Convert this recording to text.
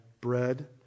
bread